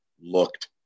looked